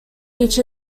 each